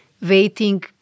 waiting